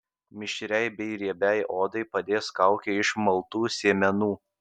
mišriai bei riebiai odai padės kaukė iš maltų sėmenų